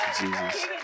Jesus